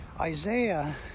Isaiah